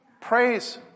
praise